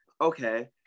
Okay